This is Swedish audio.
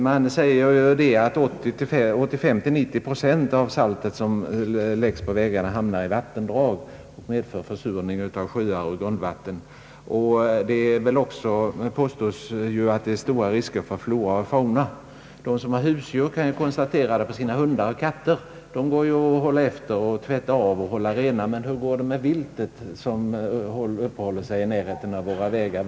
Det sägs att 85 å 90 procent av det salt som läggs på vägarna hamnar i vattendrag och vållar försurning av sjöar och vattendrag. Det påstås också föreligga stora risker för flora och fauna. De som har sådana husdjur kan konstatera att hundar och katter får saltsår på tassarna. De går att tvätta av och hålla rena, men hur blir det med viltet som uppehåller sig i närheten av våra vägar?